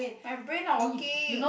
my brain not working